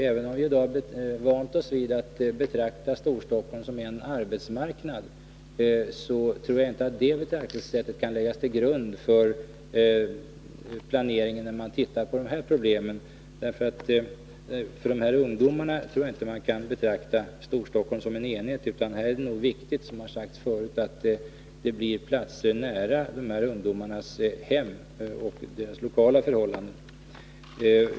Även om vi i dag har vant oss vid att betrakta Storstockholm som en arbetsmarknad, så tror jag inte att det betraktelsesättet kan läggas till grund för planeringen när man ser på de här problemen. Jag tror inte man kan betrakta Storstockholm som en enhet för dessa ungdomar, utan här är det nog viktigt, som har sagts förut, att det blir platser nära de här ungdomarnas hem och deras lokala förhållanden.